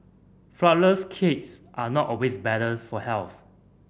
flourless cakes are not always better for health